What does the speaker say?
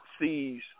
sees